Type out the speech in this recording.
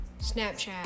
snapchat